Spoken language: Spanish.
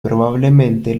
probablemente